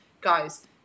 Guys